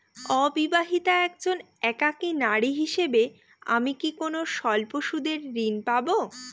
অবিবাহিতা একজন একাকী নারী হিসেবে আমি কি কোনো স্বল্প সুদের ঋণ পাব?